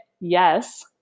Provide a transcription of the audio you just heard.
Yes